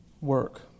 work